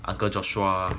uncle joshua